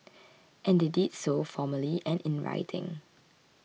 and they did so formally and in writing